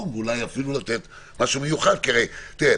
ואולי אפילו לתת משהו מיוחד כי תראה,